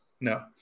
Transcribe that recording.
No